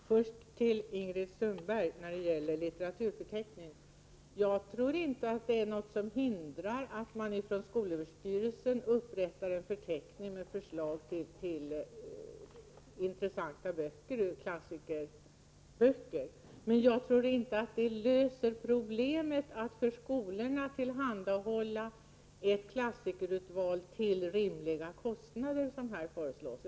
Herr talman! Först till Ingrid Sundberg beträffande en litteraturförteckning: Jag tror inte att det är något som hindrar skolöverstyrelsen från att göra upp en förteckning med förslag till intressanta klassikerböcker. Men jag tror inte att det löser problemet att tillhandahålla skolorna ett klassikerurval till rimliga kostnader, som här föreslås.